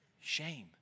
Shame